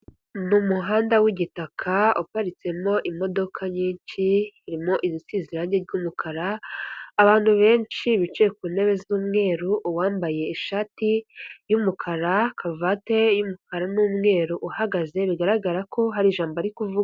Ni umuhanda w'igitaka uparitsemo imodoka nyinshi, irimo irangi ry'umukara, abantu benshi bicaye ku ntebe z'umweru, uwambaye ishati y'umukara, karuvati y'umukara n'umweru, uhagaze bigaragara ko hari ijambo ari kuvuga.